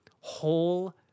whole